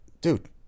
dude